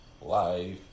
life